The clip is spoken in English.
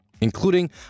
including